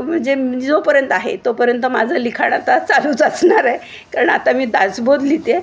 म्हणजे जोपर्यंत आहे तोपर्यंत माझं लिखाण आता चालूच असणार आहे कारण आता मी दासबोध लिहीते